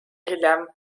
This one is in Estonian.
hiljem